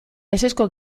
ezezko